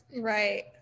Right